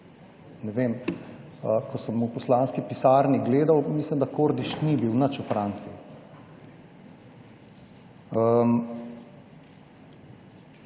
Ne vem, ko sem v poslanski pisarni gledal, mislim, da Kordiš ni bil nič v Franciji.